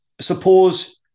suppose